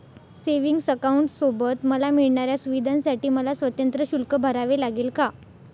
Savings अकाउंटसोबत मला मिळणाऱ्या सुविधांसाठी मला स्वतंत्र शुल्क भरावे लागेल का?